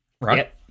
right